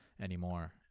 anymore